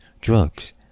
drugs